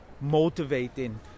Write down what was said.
motivating